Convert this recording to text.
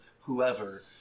whoever